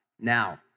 now